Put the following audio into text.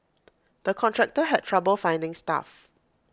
the contractor had trouble finding staff